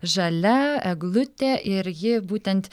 žalia eglutė ir ji būtent